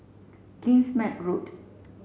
Kingsmead Road